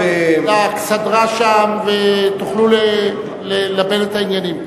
לאכסדרה שם ותוכלו ללבן את העניינים.